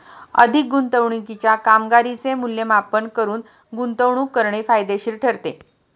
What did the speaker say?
आधीच्या गुंतवणुकीच्या कामगिरीचे मूल्यमापन करून गुंतवणूक करणे फायदेशीर ठरते